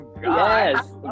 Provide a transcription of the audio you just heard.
Yes